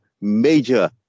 major